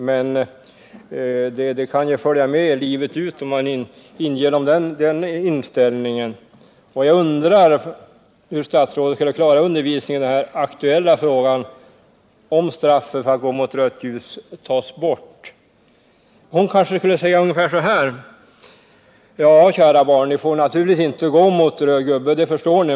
Men det kan ju följa med livet ut, om man inger dem den inställningen. Och jag undrar hur statsrådet anser att undervisningen i den aktuella frågan skall klaras om straffet för brott mot förbudet att gå mot rött ljus tas bort. Hon kanske skulle säga ungefär så här: ”Ja, kära barn, ni får naturligtvis inte gå mot röd gubbe — det förstår ni.